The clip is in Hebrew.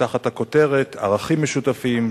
תחת הכותרת "ערכים משותפים,